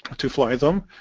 to fly them.